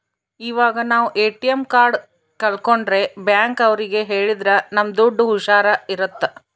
ಇವಾಗ ನಾವ್ ATM card ಕಲ್ಕೊಂಡ್ರೆ ಬ್ಯಾಂಕ್ ಅವ್ರಿಗೆ ಹೇಳಿದ್ರ ನಮ್ ದುಡ್ಡು ಹುಷಾರ್ ಇರುತ್ತೆ